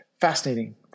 fascinating